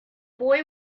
boy